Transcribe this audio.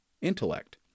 intellect